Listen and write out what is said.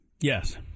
Yes